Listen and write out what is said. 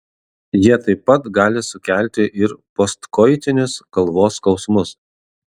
jie taip pat gali sukelti ir postkoitinius galvos skausmus